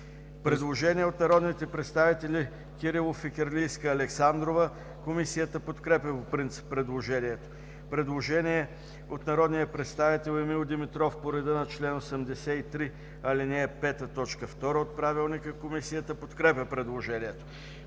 Предложение от народните представители Кирилов, Фикирлийска, Александрова. Комисията подкрепя по принцип предложението. Предложение от народния представител Емил Димитров по реда на чл. 83, ал. 5, т. 2 от Правилника. Комисията подкрепя предложението.